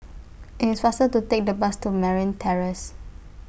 IT IS faster to Take The Bus to Marine Terrace